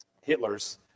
Hitler's